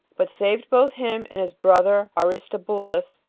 but saved both him and his brother aristobulus.